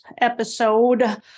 episode